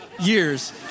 years